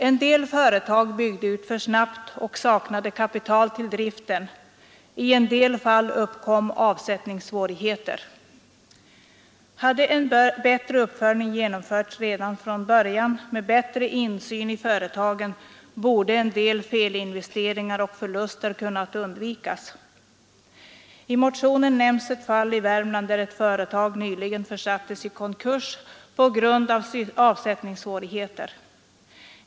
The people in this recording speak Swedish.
En del företag byggde ut för snabbt och saknade kapital till driften — i en del fall uppkom avsättningssvårigheter. Hade en bättre uppföljning genomförts redan från början med bättre insyn i företagen, borde en del felinvesteringar och förluster ha kunnat undvikas. I motionen nämns ett fall i Värmland där ett företag nyligen försattes i konkurs på grund av avsättningssvårigheter.